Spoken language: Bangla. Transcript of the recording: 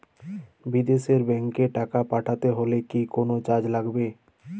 বিদেশের ব্যাংক এ টাকা পাঠাতে হলে কি কোনো চার্জ লাগবে?